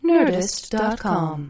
Nerdist.com